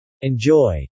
Enjoy